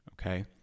okay